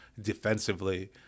defensively